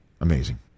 Amazing